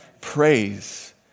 Praise